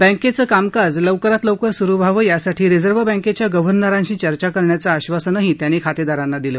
बँकेचं कामकाज लवकरात लवकर सुरु व्हावं यासाठी रिझर्व्ह बँकेच्या गर्व्हनरांशी चर्चा करण्याचं आश्वासनही त्यांनी खातेदारांना दिलं